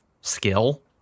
skill